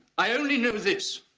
i only know this.